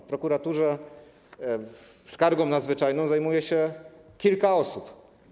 W prokuraturze skargą nadzwyczajną zajmuje się kilka osób.